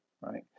right